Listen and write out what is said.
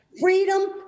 Freedom